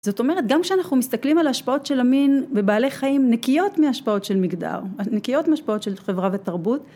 זאת אומרת גם כשאנחנו מסתכלים על השפעות של המין ובעלי חיים נקיות מהשפעות של מגדר, נקיות מהשפעות של חברה ותרבות